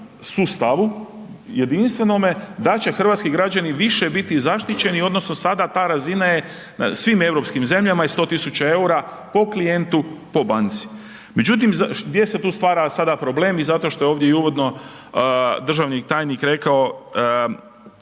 sustavu jedinstvenome da će hrvatski građani više biti zaštićeni odnosno sada ta razina je u svim europskim zemljama i 100 000 eura po klijentu po banci. Međutim gdje se tu stvara sada problem i zato što je ovdje i uvodno državni tajnik rekao,